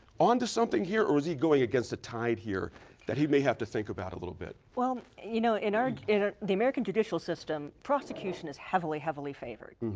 on to something here, or is he going against the tide here that he may have to think about a little bit? well, you know in ah in ah the american judicial system, prosecution is heavily, heavily favored.